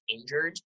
injured